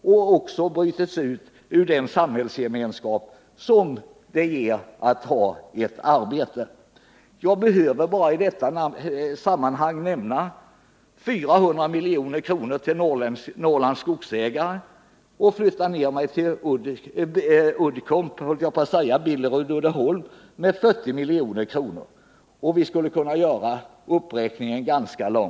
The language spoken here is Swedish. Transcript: De har också brutits ut ur den samhällsgemenskap som det ger att ha ett jobb. Jag behöver i detta sammanhang bara nämna 400 milj.kr. till Norrlands Skogsägare och därefter flytta ner till Billerud-Uddeholm med 40 milj.kr. Vi skulle kunna göra uppräkningen ganska lång.